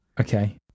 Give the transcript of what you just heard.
Okay